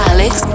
Alex